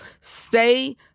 stay